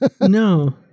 No